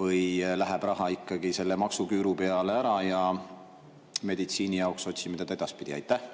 või läheb raha ikkagi maksuküüru peale ära ja meditsiini jaoks otsime teda edaspidi? Aitäh,